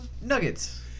nuggets